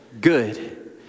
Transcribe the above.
good